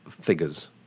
figures